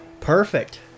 Perfect